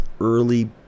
early